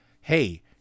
Hey